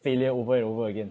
failure over and over again